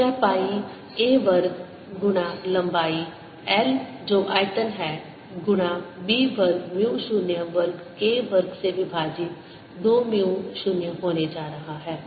तो यह pi a वर्ग गुणा लंबाई l जो आयतन है गुणा B वर्ग म्यू 0 वर्ग K वर्ग से विभाजित 2 म्यू 0 होने जा रहा है